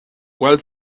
cual